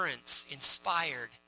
inspired